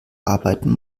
arbeiten